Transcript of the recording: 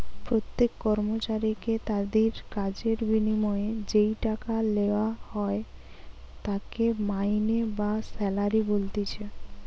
প্রত্যেক কর্মচারীকে তাদির কাজের বিনিময়ে যেই টাকা লেওয়া হয় তাকে মাইনে বা স্যালারি বলতিছে